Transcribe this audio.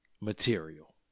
material